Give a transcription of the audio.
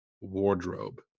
wardrobe